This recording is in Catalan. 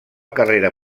carrera